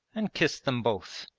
and kissed them both.